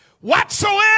whatsoever